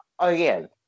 again